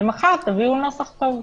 ומחר תביאו נוסח טוב.